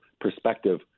perspective